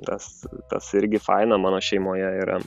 nes tas irgi faina mano šeimoje yra